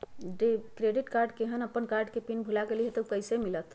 Credit card केहन अपन card के पिन भुला गेलि ह त उ कईसे मिलत?